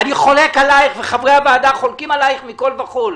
אני חולק עלייך וחברי הוועדה חולקים עלייך מכל וכול.